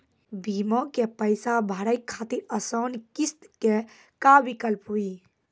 बीमा के पैसा भरे खातिर आसान किस्त के का विकल्प हुई?